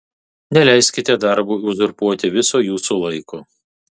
neleiskite darbui uzurpuoti viso jūsų laiko